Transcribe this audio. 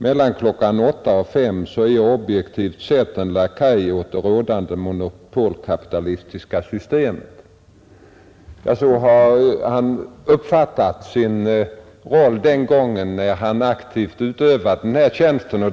Mellan klockan 8 och 5 är jag objektivt sett en lakej åt det rådande monopolkapitalistiska systemet. Så har herr Svensson uppfattat sin roll, när han aktivt utövat sin tjänst.